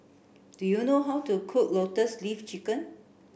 do you know how to cook lotus leaf chicken